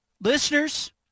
listeners